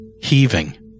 heaving